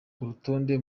rutonde